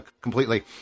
completely